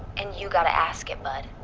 and you gotta ask it, bud.